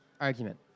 argument